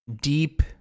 deep